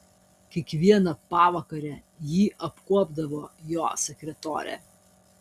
kiekvieną pavakarę jį apkuopdavo jo sekretorė